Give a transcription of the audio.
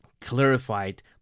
clarified